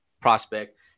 prospect